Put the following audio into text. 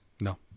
No